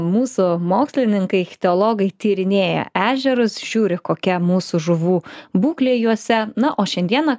mūsų mokslininkai ichtiologai tyrinėja ežerus žiūri kokia mūsų žuvų būklė juose na o šiandieną